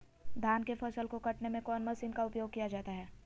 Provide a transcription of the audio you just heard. धान के फसल को कटने में कौन माशिन का उपयोग किया जाता है?